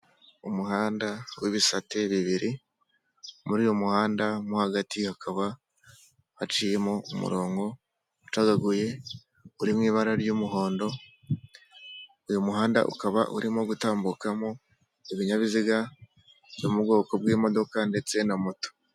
Umuhanda w'ibisate bibiri muri uyu muhanda mo hagati hakaba haciyemo umurongo ucagaguye uri mu ibara ry'umuhondo, uyu muhanda ukaba urimo gutambukamo ibinyabiziga byo mu bwoko bw'imodoka ndetse na moto.